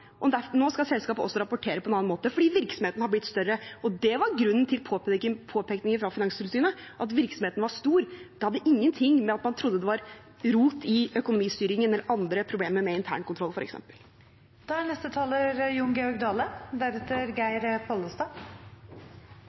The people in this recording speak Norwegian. og nå skal selskapet også rapportere på en annen måte fordi virksomheten har blitt større. Det var grunnen til påpekningen fra Finanstilsynet, at virksomheten var stor. Det hadde ingen ting med at man trodde det var rot i økonomistyringen eller andre problemer med